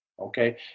Okay